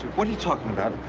what are you talking about?